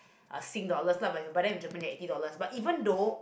a sing dollars not but but then in Japan is eighty dollars but even though